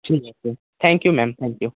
ঠিক আছে thank you ma'am thank you